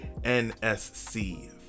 NSC